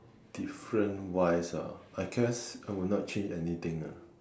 different wise ah I guess I would not change anything ah